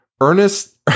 Ernest